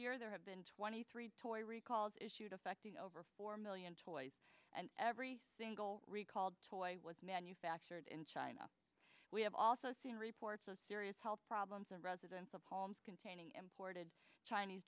year there have been twenty three toy recalls issues affecting over four million toys and every single recalled toy was manufactured in china we have also seen reports of serious health problems and residence of homes containing imported chinese